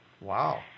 Wow